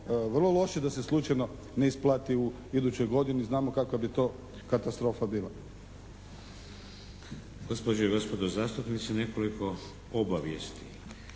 vrlo loše da se slučajno ne isplati u idućoj godini. Znamo kakva bi to katastrofa bila.